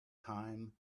time